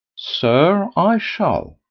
sir, i shall.